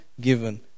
given